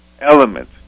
element